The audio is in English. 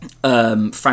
Frank